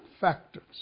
factors